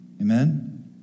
Amen